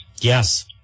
Yes